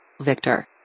Victor